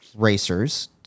Racers